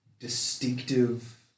Distinctive